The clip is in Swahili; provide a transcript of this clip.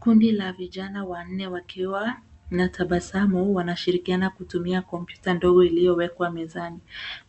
Kundi la vijana wanne wakiwa na tabasamu wanashirikiana kutumia kompyuta ndogo iliyowekwa mezani.